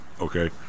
Okay